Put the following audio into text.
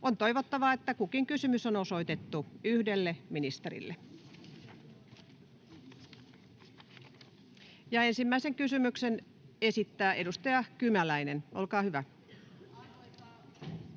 On toivottavaa, että kukin kysymys on osoitettu yhdelle ministerille. Ensimmäisen kysymyksen esittää edustaja Kymäläinen. Olkaa hyvä.